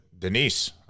Denise